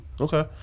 Okay